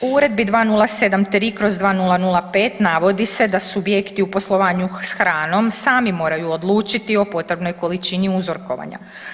U Uredbi 2073/2005 navodi se da subjekti u poslovanju s hranom sami moraju odlučiti o potrebnoj količini uzorkovanja.